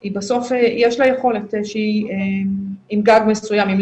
היא בסוף יש לה יכולת שהיא עם גג מסוים,